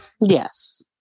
Yes